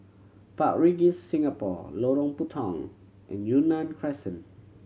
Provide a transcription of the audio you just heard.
Park Regis Singapore Lorong Puntong and Yunnan Crescent